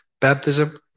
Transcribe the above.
Baptism